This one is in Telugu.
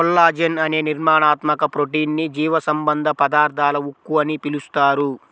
కొల్లాజెన్ అనే నిర్మాణాత్మక ప్రోటీన్ ని జీవసంబంధ పదార్థాల ఉక్కు అని పిలుస్తారు